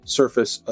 surface